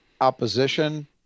opposition